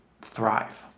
thrive